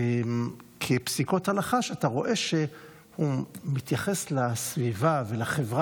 פסיקות הלכה שאתה רואה שהוא מתייחס בהן